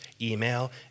email